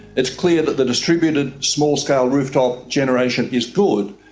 it's clear that the distributed small-scale rooftop generation is good.